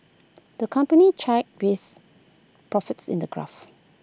the company chatted with profits in A graph